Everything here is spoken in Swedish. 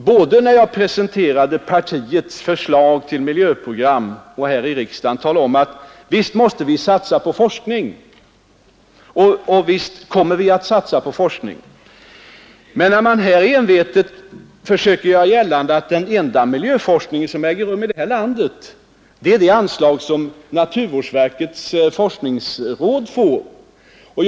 Både när jag presenterade partiets förslag till miljöprogram och här i riksdagen ansåg jag mig ha rätt att tala om att visst måste vi satsa på forskning, och visst kommer vi att satsa mer på forskning, men man får inte envetet göra gällande att den enda miljöforskning som äger rum här i landet är den som naturvårdsverkets forskningsråd bedriver.